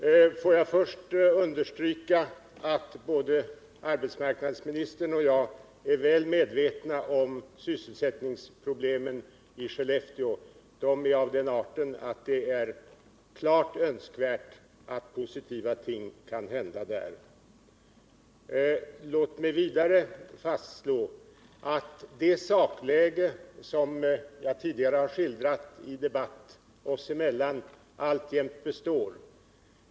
Herr talman! Låt mig först understryka att både arbetsmarknadsministern och jag är väl medvetna om sysselsättningsproblemen i Skellefteå. De är av den arten att det är klart önskvärt att positiva saker händer där. Låt mig vidare fastslå att det sakläge som jag tidigare har skildrat i debatt oss emellan alltjämt består.